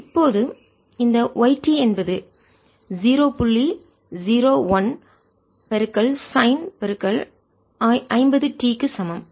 இப்போது இந்த y என்பது ஸிரோ புள்ளி ஸிரோ 1 சைன் 50 t க்கு சமம்